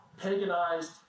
paganized